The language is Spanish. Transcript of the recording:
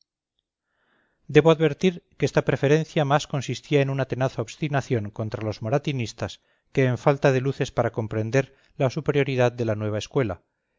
debo advertir que esta preferencia más consistía en una tenaz obstinación contra los moratinistas que en falta de luces para comprender la superioridad de la nueva escuela